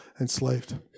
Enslaved